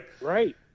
right